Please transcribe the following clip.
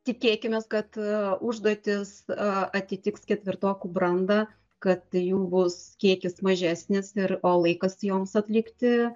tikėkimės kad užduotys atitiks ketvirtokų brandą kad jų bus kiekis mažesnis ir o laikas joms atlikti